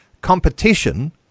competition